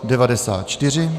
94.